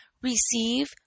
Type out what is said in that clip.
receive